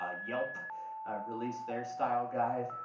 ah yelp released their style guide,